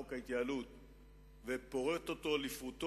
איזה סדרי עדיפויות החוק הזה מביא לידי ביטוי?